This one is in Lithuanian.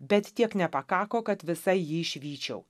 bet tiek nepakako kad visą jį išvyčiau